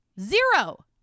zero